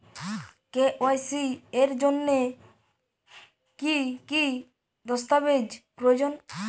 KYC এর জন্যে কি কি দস্তাবেজ প্রয়োজন?